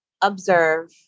observe